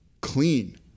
clean